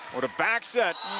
what a back set,